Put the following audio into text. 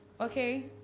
Okay